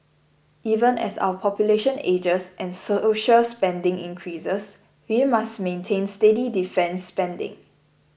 even as our population ages and social spending increases we must maintain steady defence spending